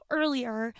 earlier